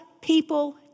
people